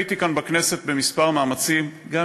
הייתי כאן בכנסת במאמצים רבים לעצור את תהליך ההתנתקות,